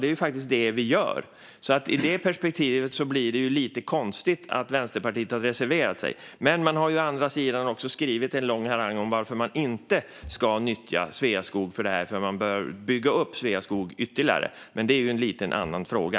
Det är faktiskt det vi gör, så i det perspektivet blir det lite konstigt att Vänsterpartiet har reserverat sig. Men man har å andra sidan också skrivit en lång harang om varför man inte ska nyttja Sveaskog för det här, för man bör bygga upp Sveaskog ytterligare. Det är dock lite av en annan fråga.